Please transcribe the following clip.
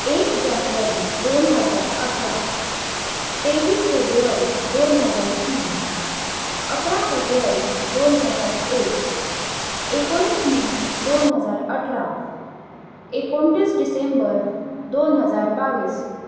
एक जानेवारी दोन हजार अठरा तेवीस फेब्रुवारी दोन हजार तीन अकरा फेब्रुवारी दोन हजार एक एकोणीस मे दोन हजार अठरा एकोणतीस डिसेंबर दोन हजार बावीस